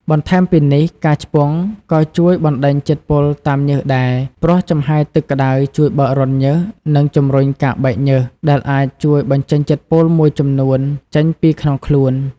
បន្ថែមពីនេះ ការឆ្ពង់ក៏ជួយបណ្តេញជាតិពុលតាមញើសដែរ ព្រោះចំហាយទឹកក្តៅជួយបើករន្ធញើស និងជំរុញការបែកញើស ដែលអាចជួយបញ្ចេញជាតិពុលមួយចំនួនចេញពីក្នុងខ្លួន។